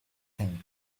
thing